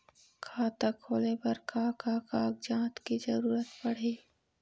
खाता खोले बर का का कागजात के जरूरत पड़ही?